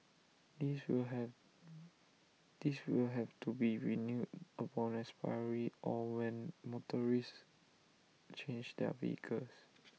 this will have this will have to be renewed upon expiry or when motorists change their vehicles